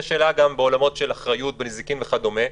יש שאלה גם בעולמות של אחריות בנזיקין וכדומה,